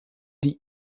die